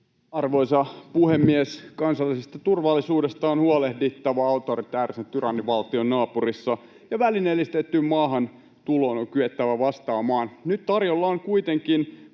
Arvoisa puhemies! Kansallisesta turvallisuudesta on huolehdittava autoritäärisen tyrannivaltion naapurissa, ja välineellistettyyn maahantuloon on kyettävä vastaamaan. Nyt tarjolla on kuitenkin